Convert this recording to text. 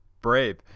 brave